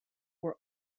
were